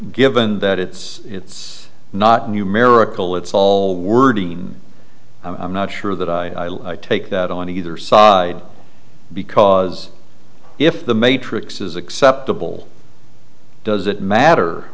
given that it's not numerical it's all wording i'm not sure that i take that on either side because if the matrix is acceptable does it matter